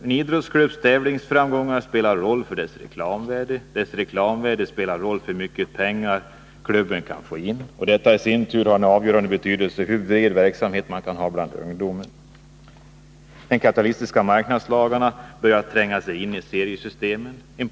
En idrottsklubbs tävlingsframgångar spelar roll för dess reklamvärde, dess reklamvärde spelar roll för hur mycket pengar klubben kan få in, och detta i sin tur har en avgörande betydelse för hur bred verksamhet man kan ha bland ungdomen. De kapitalistiska marknadslagarna börjar tränga sig in i seriesystemen.